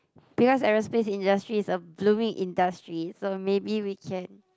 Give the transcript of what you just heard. because aerospace industry is a blooming industry so maybe we can